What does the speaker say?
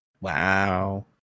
Wow